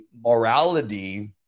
morality